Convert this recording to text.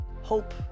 Hope